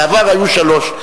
בעבר היו שלוש.